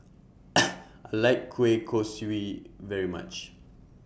I like Kueh Kosui very much